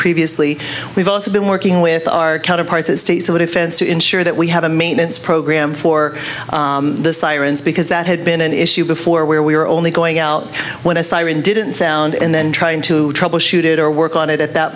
previously we've also been working with our counterparts at state so defense to ensure that we have a maintenance program for the sirens because that had been an issue before where we were only going out when a siren didn't sound and then trying to troubleshoot it or work on it at that